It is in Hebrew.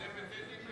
כי זה בית-דין, הוא